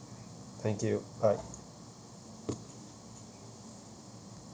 thank you bye